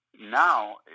now